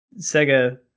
Sega